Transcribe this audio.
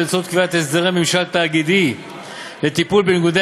באמצעות קביעת הסדרי ממשל תאגידי לטיפול בניגודי